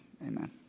Amen